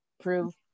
prove